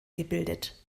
gebildet